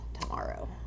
tomorrow